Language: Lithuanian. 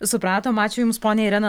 supratom ačiū jums ponia irena